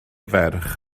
ferch